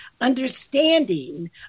understanding